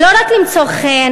היא לא רק למצוא חן,